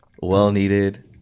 well-needed